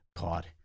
god